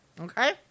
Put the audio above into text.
Okay